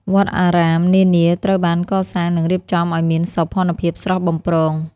វត្តអារាមនានាត្រូវបានកសាង និងរៀបចំឱ្យមានសោភ័ណភាពស្រស់បំព្រង។